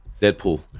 Deadpool